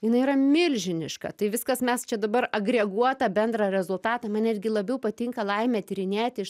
jinai yra milžiniška tai viskas mes čia dabar agreguotą bendrą rezultatą man netgi labiau patinka laimę tyrinėti iš